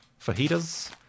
Fajitas